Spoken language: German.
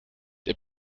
der